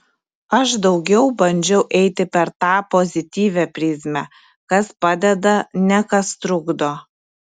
aš daugiau bandžiau eiti per tą pozityvią prizmę kas padeda ne kas trukdo